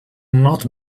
not